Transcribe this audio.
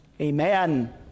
Amen